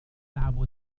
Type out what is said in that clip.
ألعب